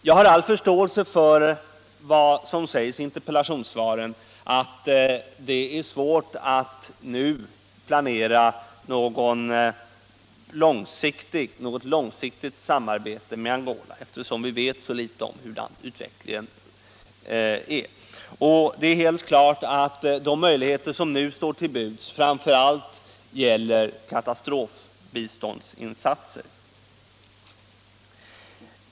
Jag har all förståelse för vad som sägs i interpellationssvaren — att det är svårt att nu planera något långsiktigt samarbete med Angola, eftersom vi vet så litet om utvecklingen. Det är helt klart att de möjligheter som nu står till buds framför allt gäller insatser för katastrofbistånd.